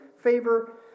favor